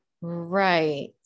Right